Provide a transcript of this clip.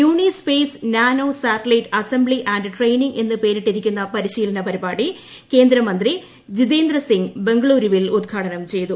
യുണിസ്റ്റ്പെയ്സ് nano satellite assembly and training എന്ന് പേരിട്ടിരിക്കുന്ന പരിശീലന പരിപാടി കേന്ദ്രമന്ത്രി ജിതേന്ദ്ര സിംഗ് ബംഗളൂരുപ്പിൽ ഉദ്ഘാടനം ചെയ്തു